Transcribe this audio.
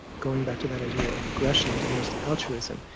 going back to that idea of aggression and diminished altruism,